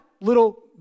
little